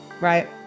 right